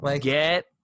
Get